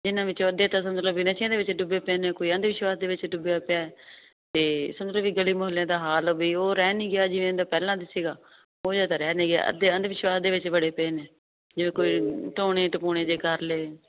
ਜਿਹਨਾਂ ਵਿੱਚੋਂ ਅੱਧੇ ਤਾਂ ਸਮਝ ਲਓ ਵੀ ਨਸ਼ਿਆਂ ਦੇ ਵਿੱਚ ਡੁੱਬੇ ਪਏ ਨੇ ਕੋਈ ਅੰਧ ਵਿਸ਼ਵਾਸ ਦੇ ਵਿੱਚ ਡੁੱਬਿਆ ਪਿਆ ਅਤੇ ਸਮਝ ਲਓ ਵੀ ਗਲੀ ਮੁਹੱਲੇ ਦਾ ਹਾਲ ਵੀ ਉਹ ਰਹਿ ਨਹੀਂ ਗਿਆ ਜਿਵੇਂ ਦਾ ਪਹਿਲਾਂ ਦਾ ਸੀਗਾ ਉਹੋ ਜਿਹਾ ਤਾਂ ਰਹਿ ਨਹੀਂ ਗਿਆ ਅੱਧੇ ਅੰਧ ਵਿਸ਼ਵਾਸ ਦੇ ਵਿੱਚ ਬੜੇ ਪਏ ਨੇ ਜਿਵੇਂ ਕੋਈ ਟੂਣੇ ਟਪੂਣੇ ਜਿਹੇ ਕਰ ਲਏ